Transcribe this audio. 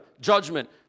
judgment